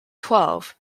twelve